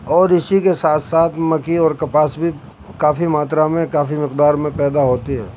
اور اسی کے ساتھ ساتھ مکئی اور کپاس بھی کافی ماترا میں کافی مقدار میں پیدا ہوتی ہے